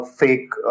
fake